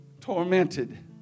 tormented